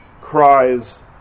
cries